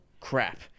crap